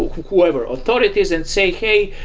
whoever, authorities and say, hey,